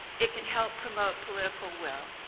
it can help promote political will.